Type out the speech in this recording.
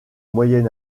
moyen